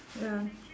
ya